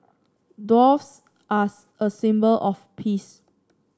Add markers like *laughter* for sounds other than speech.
doves are *unintelligible* a symbol of peace